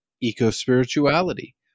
eco-spirituality